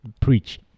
Preach